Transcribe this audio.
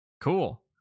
cool